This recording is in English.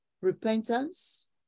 repentance